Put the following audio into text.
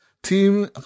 Team